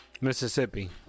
Mississippi